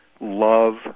love